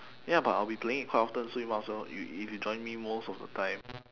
ya but I'll be playing it quite often so you might as well if if you join me most of the time